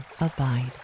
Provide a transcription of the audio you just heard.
abide